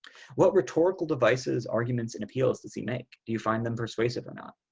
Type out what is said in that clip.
what rhetorical devices arguments and appeals to see make do you find them persuasive or not.